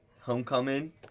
Homecoming